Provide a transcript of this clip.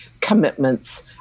commitments